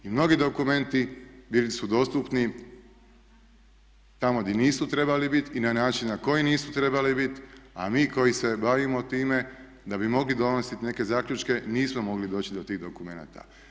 I mnogi dokumenti bili su dostupni tamo di nisu trebali biti i na način na koji nisu trebali biti, a mi koji se bavimo time da bi mogli donositi neke zaključke nismo mogli doći do tih dokumenata.